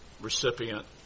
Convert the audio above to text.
recipient